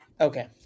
Okay